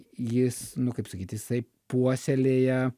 jis nu kaip sakyt jisai puoselėja